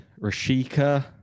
Rashika